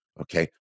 Okay